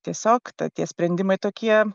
tiesiog tie sprendimai tokie